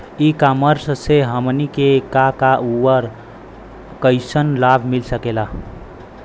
ई कॉमर्स से हमनी के का का अउर कइसन लाभ मिल सकेला?